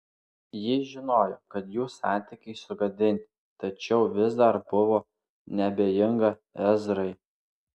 ji žinojo kad jų santykiai sugadinti tačiau vis dar buvo neabejinga ezrai